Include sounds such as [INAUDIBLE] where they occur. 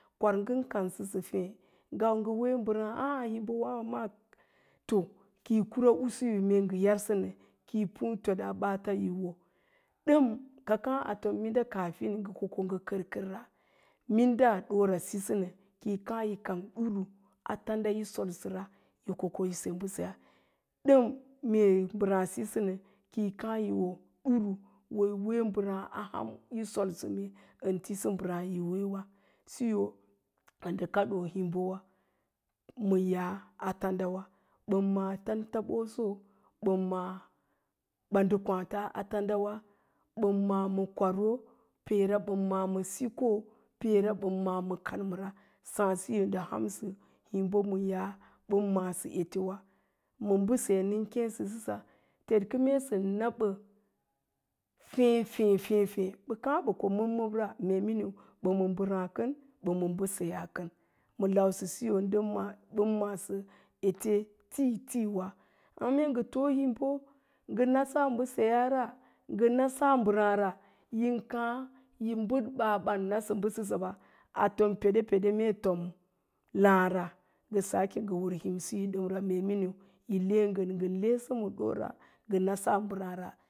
Kwar wagəmaan u ngən kansəsə féé mau ngə wee [UNINTELLIGIBLE] to kəi kura usuyi [UNINTELLIGIBLE] yi puú tet a baata kəi wo, ɗəm kə káá a tom minda kaafin ngə ko ko ngə kərkərra minda ɗoora sisəna kəi káá yi kang duru a tanda yi solsəra, yi ko koyi sɛ mbəseyaa, ɗəm mee mbəráá sisə nə kəi káá yi wo duru, wo yi wee mbəráá a ham yi solsə ən tisə mbaráá yi wa. Siyo ndə kadoo himbowa ma ya'a a tandana mbən ma'á tantaɓoso ma ɓanda kwááta a tandawa. Mbən ma'á ma kwaro peera mbən ma'á ma sikoo peera mbən ma'á ma kanməra. Siyo ndə hansə ya'a ma himbo mbən ma'ásə etewa. Ma mbəseyaa nən kéesəsa tetkə mee sən na mbə féé-féé féé, mbə káá mbə ko məbməbra mee miniu mbəráá kən mba ma mbəseyaa kən, ma lausiso mbən ma'asə ete titiwa. Pə mee ngə too himbə ngə nasa mbəse yaara ngə nasa mbəráára, yin káá yi bəd baa ban nasə mbəsəsə ɓa, a tom peɗe peɗe mee to láára ngə sake ngə wər himsisora, me miniu ngə nasaa mbəráára yi le ngən ngə lesə ma ɗoora